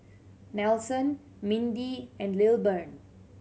Nelson Mindy and Lilburn